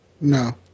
No